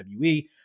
WWE